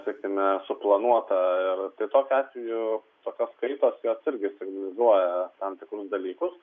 sakykime suplanuota ar tai tokiu atveju tokios kaitos jos irgi signalizuoja tam tikrus dalykus